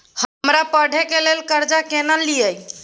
हमरा पढ़े के लेल कर्जा केना लिए?